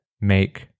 make